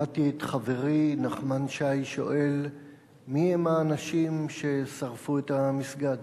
שמעתי את חברי נחמן שי שואל מי הם האנשים ששרפו את המסגד.